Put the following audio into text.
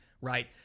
right